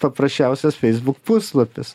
paprasčiausias facebook puslapis